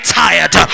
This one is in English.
tired